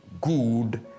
good